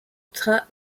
train